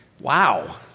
Wow